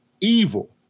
evil